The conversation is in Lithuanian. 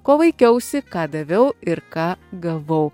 kuo vaikiausi ką daviau ir ką gavau